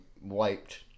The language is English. wiped